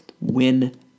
win